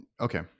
okay